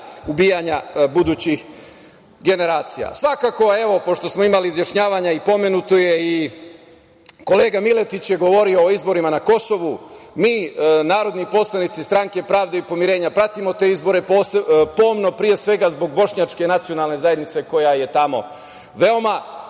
ubijanja budućih generacija. Pošto smo imali izjašnjavanja i kolega Miletić je govorio o izborima na Kosovu, mi narodni poslanici Stranke pravde i pomirenja pratimo te izbore pomno, pre svega zbog Bošnjačke nacionalne zajednice koja je tamo veoma